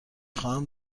خواهم